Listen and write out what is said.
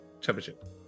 Championship